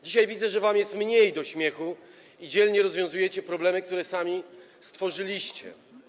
Dzisiaj widzę, że jest wam mniej do śmiechu i dzielnie rozwiązujecie problemy, które sami stworzyliście.